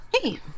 Hey